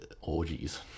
orgies